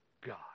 God